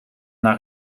naar